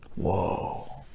Whoa